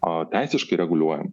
o teisiškai reguliuojant